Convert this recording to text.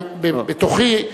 גם בתוכי,